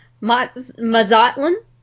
Mazatlan